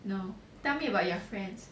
no tell me about your friends